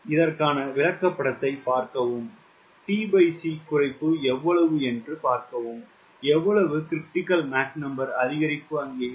இதற்கான விளக்கப்படத்தைப் பார்க்கவும் tc குறைப்பு எவ்வளவு என்று எவ்வளவு 𝑀CR அதிகரிப்பு அங்கே இருக்கும்